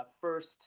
first